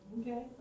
Okay